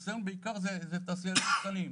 אצלנו אלה בעיקר תעשיינים קטנים.